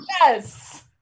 Yes